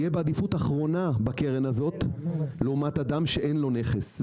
יהיה בעדיפות אחרונה בקרן הזאת לעומת אדם שאין לו נכס.